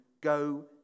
go